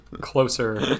closer